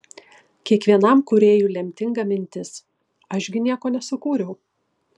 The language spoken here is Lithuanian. kiekvienam kūrėjui lemtinga mintis aš gi nieko nesukūriau